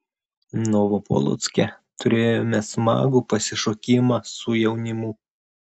novopolocke turėjome smagų pasišokimą su jaunimu